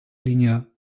linie